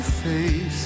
face